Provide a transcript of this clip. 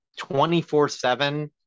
24-7